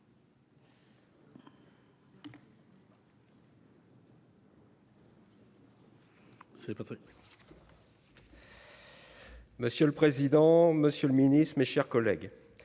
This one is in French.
Monsieur le président, Monsieur le Ministre, mes chers collègues